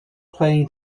playing